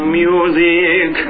music